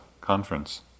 conference